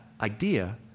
idea